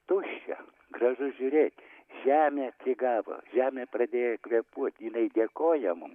tuščia gražu žiūrėti žemė atsigavo žemė pradėjo kvėpuot jinai dėkoja mum